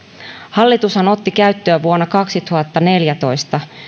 hallitushan otti käyttöön vuonna kaksituhattaneljätoista